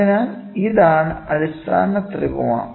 അതിനാൽ ഇതാണ് അടിസ്ഥാന ത്രികോണം